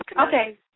Okay